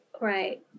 Right